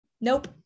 nope